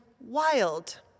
wild